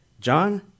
John